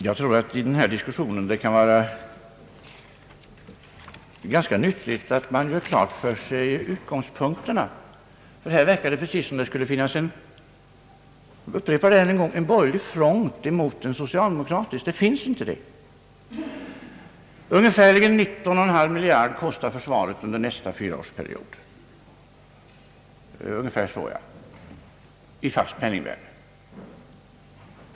Herr talman! Jag tror att det i denna diskussion kan vara ganska nyttigt att man gör klart för sig utgångspunkterna, ty det verkar precis, som om det här — jag upprepar det ännu en gång — skulle finnas en borgerlig front emot en socialdemokratisk. Men det finns inte någon sådan! Ungefär 19,5 miljarder kostar försvaret under nästa fyraårsperiod i fast penningvärde.